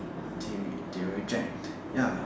they will they will reject ya